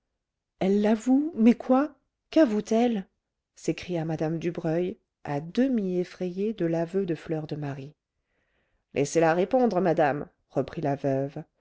elle l'avoue mais quoi quavoue t elle s'écria mme dubreuil à demi effrayée de l'aveu de fleur de marie laissez-la répondre madame reprit la veuve